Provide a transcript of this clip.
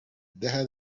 deja